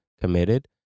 committed